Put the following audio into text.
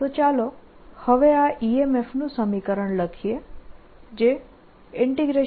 તો ચાલો હવે આ EMF નું સમીકરણ લખીએ જે ∂Brt∂t